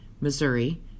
Missouri